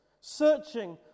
Searching